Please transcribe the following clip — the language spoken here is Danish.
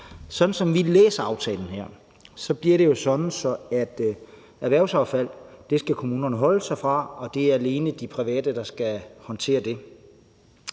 Sådan som vi læser aftalen her, bliver det jo sådan, at erhvervsaffald skal kommunerne holde sig fra; det er alene de private, der skal håndtere det.